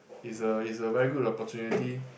is a is a very good opportunity